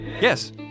Yes